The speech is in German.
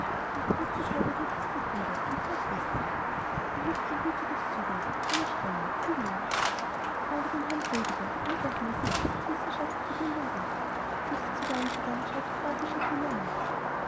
nach kurzer zeit erhebt sie sich wieder und fort ist sie da hilft kein gütiges zureden keine strenge sie will nicht frage den herrn prediger wie ungleichmäßig ilses wissenschaftliche bildung ist wie sie zuweilen sogar noch orthographische fehler macht